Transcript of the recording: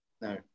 No